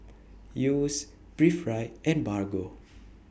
Yeo's Breathe Right and Bargo